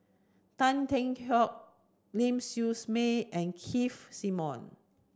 Tan Yeok Seong Ling Siew May and Keith Simmons